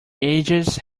ages